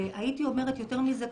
והייתי אומרת יותר מזה,